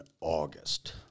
August